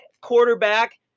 quarterback